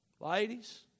Ladies